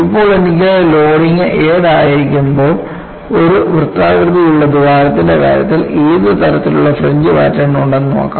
ഇപ്പോൾ എനിക്ക് ലോഡിംഗ് 7 ആയിരിക്കുമ്പോൾ ഒരു വൃത്താകൃതിയിലുള്ള ദ്വാരത്തിന്റെ കാര്യത്തിൽ ഏത് തരത്തിലുള്ള ഫ്രിഞ്ച് പാറ്റേൺ ഉണ്ടെന്ന് നോക്കാം